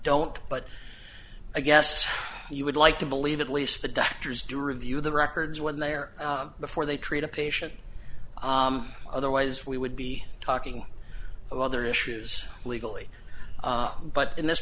don't but i guess you would like to believe at least the doctors do review the records when they're before they treat a patient otherwise we would be talking about other issues legally but in this